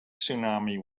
tsunami